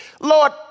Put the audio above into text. Lord